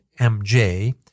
MJ